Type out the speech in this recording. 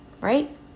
Right